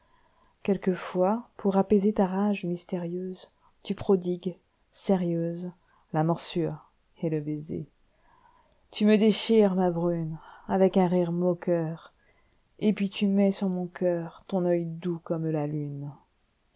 onelquefois pour apaiserta rage mystérieuse tu prodigues sérieuse la morsure et le baiser tu me déchires ma brune avec un rire moqueur et puis tu mets sur mon cœurton œil doux comme la lune